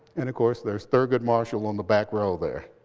and, of course, there's thurgood marshall on the back row there.